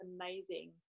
amazing